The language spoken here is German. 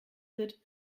wird